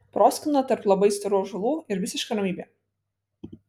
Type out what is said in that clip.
proskyna tarp labai storų ąžuolų ir visiška ramybė